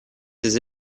ses